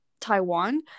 Taiwan